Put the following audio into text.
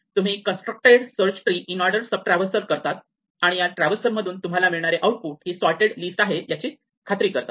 तुम्ही constructed search tree in order सब traversal करता आणि या ट्रॅव्हर्सलमधून तुम्हाला मिळणारे आउटपुट ही सोर्टेड लिस्ट आहे याची खात्री करतात